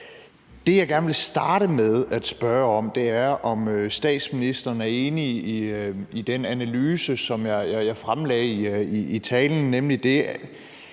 Det, jeg gerne vil starte med at spørge om, er, om statsministeren er enig i den analyse, som jeg fremlagde i talen, nemlig at